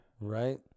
Right